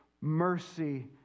mercy